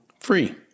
Free